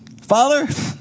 Father